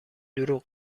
دروغ